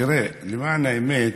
תראה, למען האמת,